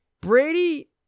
Brady